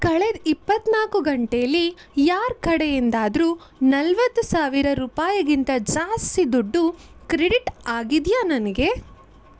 ಕಳೆದ ಇಪ್ಪತ್ತ್ನಾಲ್ಕು ಗಂಟೇಲ್ಲಿ ಯಾರ ಕಡೆಯಿಂದಾದರೂ ನಲ್ವತ್ತು ಸಾವಿರ ರೂಪಾಯಿಗಿಂತ ಜಾಸ್ತಿ ದುಡ್ಡು ಕ್ರೆಡಿಟ್ ಆಗಿದೆಯಾ ನನಗೆ